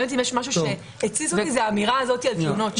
אם יש משהו שהתסיס אותי זו האמירה הזאת על תלונות.